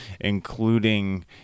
including